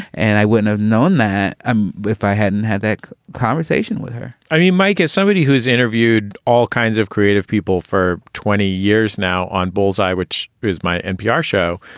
and i wouldn't have known that if i hadn't had that conversation with her i mean mike is somebody who who's interviewed all kinds of creative people for twenty years now on bullseye which is my npr show.